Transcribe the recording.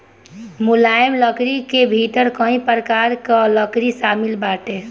मुलायम लकड़ी के भीतर कई प्रकार कअ लकड़ी शामिल बाटे